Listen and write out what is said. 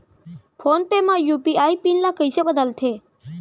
Phone पे म UPI PIN ल कइसे बदलथे?